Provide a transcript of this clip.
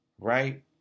right